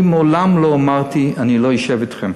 אני מעולם לא אמרתי אני לא אשב אתכם.